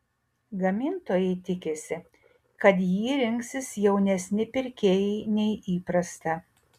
gamintojai tikisi kad jį rinksis jaunesni pirkėjai nei įprasta